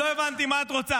לא הבנתי מה את רוצה.